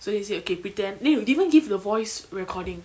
so they say ookay pretend they will even give the voice recording